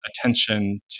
attention